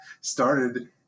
started